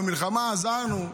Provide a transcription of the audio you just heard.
במלחמה עזרנו.